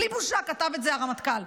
בלי בושה כתב את זה הרמטכ"ל,